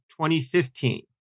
2015